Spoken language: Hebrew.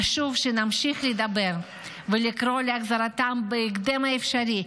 חשוב שנמשיך לדבר ולקרוא להחזרתם בהקדם האפשרי,